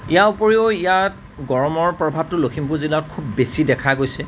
ইয়াৰোপৰিও ইয়াত গৰমৰ প্ৰভাৱটো লখিমপুৰ জিলাত খুব বেছি দেখা গৈছে